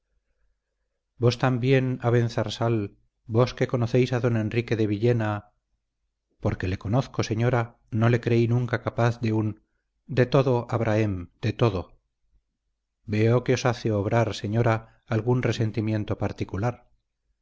vos también abenzarsal vos que conocéis a don enrique de villena porque le conozco señora no le creí nunca capaz de un de todo abrahem de todo veo que os hace obrar señora algún resentimiento particular